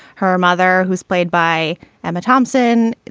her mother who's played by emma thompson.